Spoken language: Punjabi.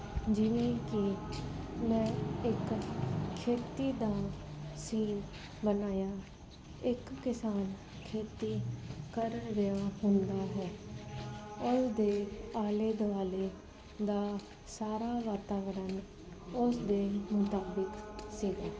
ਜਿਵੇਂ ਕਿ ਮੈਂ ਇੱਕ ਖੇਤੀ ਦਾ ਸੀਨ ਬਣਾਇਆ ਇੱਕ ਕਿਸਾਨ ਖੇਤੀ ਕਰ ਰਿਹਾ ਹੁੰਦਾ ਹੈ ਉਸ ਦੇ ਆਲੇ ਦੁਆਲੇ ਦਾ ਸਾਰਾ ਵਾਤਾਵਰਨ ਉਸਦੇ ਮੁਤਾਬਿਕ ਸੀ